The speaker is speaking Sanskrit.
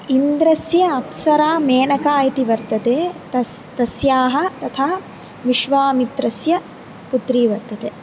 इन्द्रस्य अप्सरा मेनका इति वर्तते तस्याः तस्याः तथा विश्वामित्रस्य पुत्री वर्तते